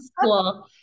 school